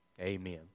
Amen